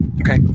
Okay